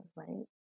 right